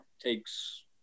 takes